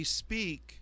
speak